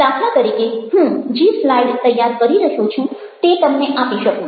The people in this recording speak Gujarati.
દાખલા તરીકે હું જે સ્લાઈડ તૈયાર કરી રહ્યો છું તે તમને આપી શકું